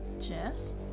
Jess